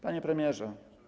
Panie Premierze!